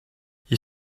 you